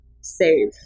save